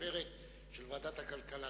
לתפארת של ועדת הכלכלה.